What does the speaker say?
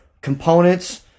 components